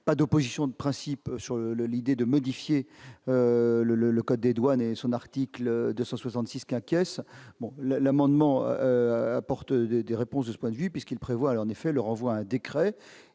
pas d'opposition de principe sur l'idée de modifier le code des douanes et son article 266 L'amendement apporte des réponses de ce point de vue, puisqu'il prévoit le renvoi à un décret